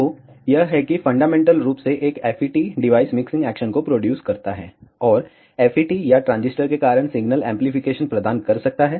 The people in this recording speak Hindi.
तो यह है कि फंडामेंटल रूप से एक FET डिवाइस मिक्सिंग एक्शन को प्रोड्युस करता है और FET या ट्रांजिस्टर के कारण सिग्नल एम्पलीफिकेशन प्रदान कर सकता है